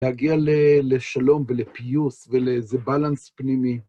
להגיע לשלום ולפיוס ולאיזה בלנס פנימי.